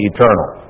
Eternal